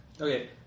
Okay